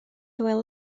hywel